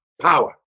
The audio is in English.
power